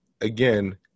again